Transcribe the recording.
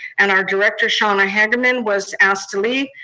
and our director, shauna hagemann, was asked to leave,